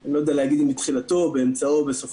אני לא יודע להגיד אם בתחילתו או במצעו או בסופו,